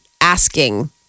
asking